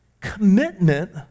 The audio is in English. commitment